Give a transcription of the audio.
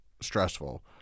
stressful